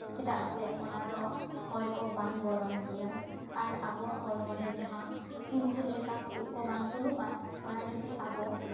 ᱪᱮᱫᱟᱜ ᱥᱮ ᱚᱱᱟ ᱫᱚ ᱦᱚᱭ ᱠᱚ ᱵᱟᱝ ᱵᱚᱞᱚᱱ ᱜᱮᱭᱟ ᱟᱨ ᱟᱵᱚᱣᱟᱜ ᱦᱚᱲᱢᱚ ᱨᱮ ᱡᱟᱦᱟᱸ ᱥᱤᱢ ᱡᱤᱞ ᱞᱮᱠᱟ ᱩᱵ ᱠᱚ ᱵᱟᱝ ᱛᱩᱞᱩᱜᱼᱟ ᱚᱱᱟ ᱡᱩᱫᱤ ᱟᱵᱚ